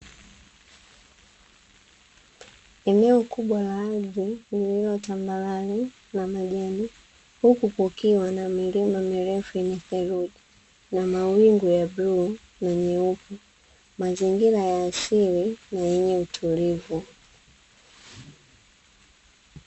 Eneo kubwa la ardhi lililo tambarale na majani huku kukiwa na milima mirefu yenye theluji na mawingu ya bluu na nyeupe, mazingira ya asili na yenye utulivu.